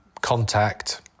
contact